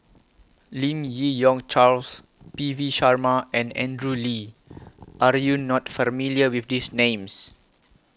Lim Yi Yong Charles P V Sharma and Andrew Lee Are YOU not familiar with These Names